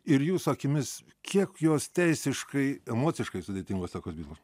ir jūsų akimis kiek jos teisiškai emociškai sudėtingos tokios bylos